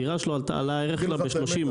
הדירה שלו, הערך שלה עלה ב-30%.